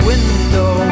Window